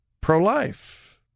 pro-life